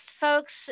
folks